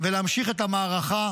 ולהמשך המערכה,